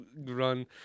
run